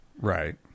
Right